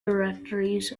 directories